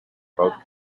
both